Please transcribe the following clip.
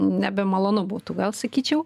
nebemalonu būtų gal sakyčiau